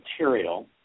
material